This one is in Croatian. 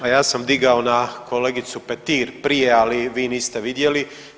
Ma ja sam digao na kolegicu Petir prije, ali vi niste vidjeli.